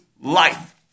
life